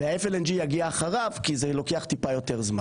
ה-FLNG יגיע אחריו כי זה לוקח טיפה יותר זמן.